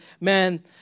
man